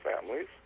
families